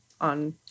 on